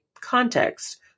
Context